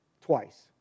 twice